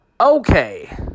Okay